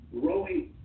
growing